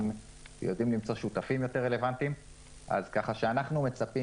יודעים למצוא שותפים יותר רלוונטיים אז ככה שאנחנו מצפים